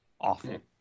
awful